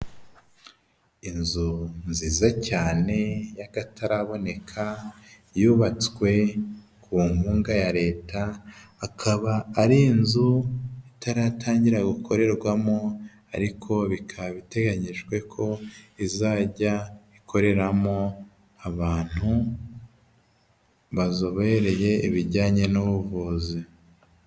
Inzu nziza cyane y'akataraboneka yubatswe ku nkunga ya Leta akaba ari inzu itaratangira gukorerwamo ariko bikaba biteganyijwe ko izajya ikoreramo abantu bazobereye ibijyanye n'ubuvuzi.